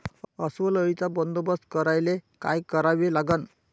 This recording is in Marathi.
अस्वल अळीचा बंदोबस्त करायले काय करावे लागन?